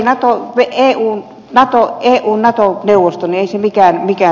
me emme ole eun nato neuvostossa